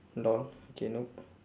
lol okay nope